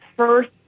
First